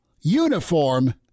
Uniform